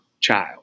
child